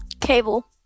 Cable